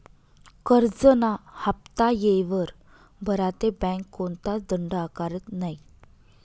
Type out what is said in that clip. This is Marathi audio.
करजंना हाफ्ता येयवर भरा ते बँक कोणताच दंड आकारत नै